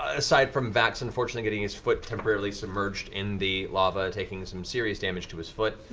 aside from vax unfortunately getting his foot temporarily submerged in the lava, taking some serious damage to his foot.